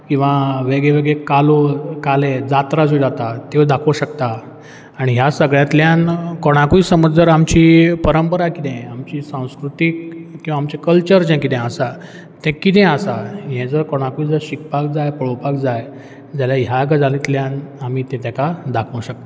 किंवां वेग वेगळे कालो काले जात्रा ज्यो जाता त्यो दाखोवंक शकतात आनी ह्या सगळ्यांतल्यान कोणाकूय समज जर आमची परंपरा कितें आमची सांस्कृतीक किंवां आमचें कल्चर जें कितें आसा तें कितें आसा हें जर कोणाकूय जर शिकपाक जाय पळोवपाक जाय जाल्या ह्या गजालींतल्यान आमी तें तेका दाखोवंक शकता